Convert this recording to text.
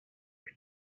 when